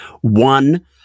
One